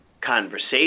conversation